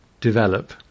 Develop